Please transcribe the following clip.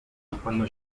cuando